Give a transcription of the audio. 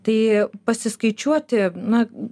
tai pasiskaičiuoti na